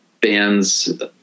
bands